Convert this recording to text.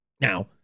Now